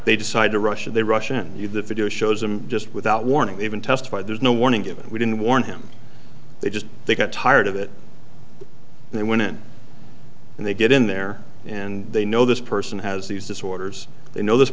they decide to russia they russian you the video shows him just without warning even testified there's no warning given we didn't warn him they just got tired of it and they went in and they get in there and they know this person has these disorders they know this